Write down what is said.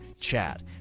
chat